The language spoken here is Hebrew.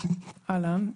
אהלן.